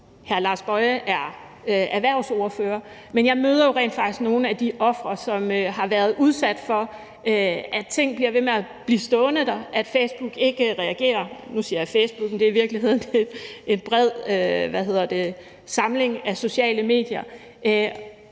Boje Mathiesen er erhvervsordfører, for jeg møder jo rent faktisk nogle af ofrene for, at ting bliver ved med at blive stående der, altså at Facebook ikke reagerer. Nu siger jeg Facebook, men det gælder i virkeligheden en bred samling af sociale medier.